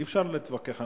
אי-אפשר להתווכח,